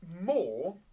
More